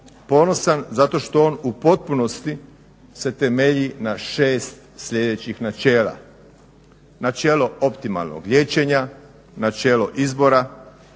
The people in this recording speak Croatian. ponosan zato što on u potpunosti se temelji na 6 sljedećih načela: načelo optimalnog liječenja, načelo izbora,